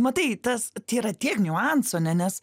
matai tas tai yra tiek niuansų ane nes